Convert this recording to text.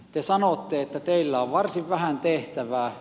te sanotte että teillä on varsin vähän tehtävää